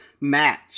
match